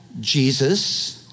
Jesus